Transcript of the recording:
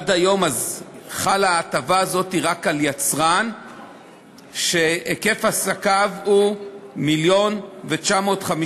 עד היום ההטבה הזאת חלה רק על יצרן שהיקף עסקיו הוא 1.95 מיליון ש"ח,